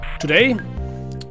Today